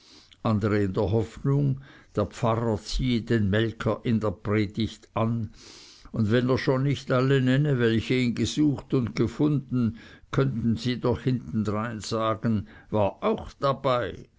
andere in der hoffnung der pfarrer ziehe den melker in der predigt an und wenn er schon nicht alle nenne welche ihn gesucht und gefunden könnten sie doch hintendrein sagen war auch dabei